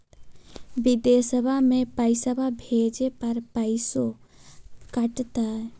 बिदेशवा मे पैसवा भेजे पर पैसों कट तय?